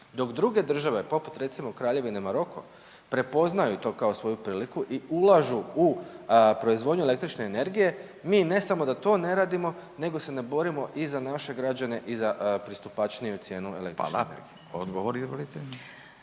dok druge države poput recimo Kraljevine Maroko prepoznaju to kao svoju priliku i ulažu u proizvodnju električne energije, mi ne samo da to ne radimo nego se ne borimo i za naše građane i za pristupačniju cijenu električne energije.